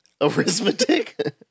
Arithmetic